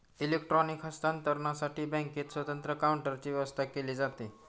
electronic हस्तांतरणसाठी बँकेत स्वतंत्र काउंटरची व्यवस्था केली जाते